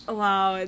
wow